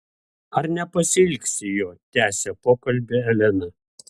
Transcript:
ar nepasiilgsti jo tęsia pokalbį elena